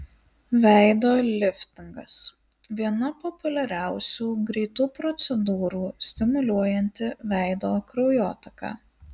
veido liftingas viena populiariausių greitų procedūrų stimuliuojanti veido kraujotaką